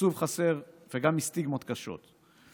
מתקצוב חסר וגם מסטיגמות קשות.